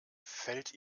fällt